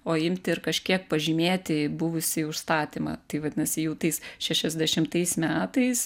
o imti ir kažkiek pažymėti buvusį užstatymą tai vadinasi jau tais šešiasdešimtais metais